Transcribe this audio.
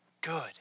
good